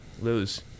lose